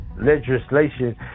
legislation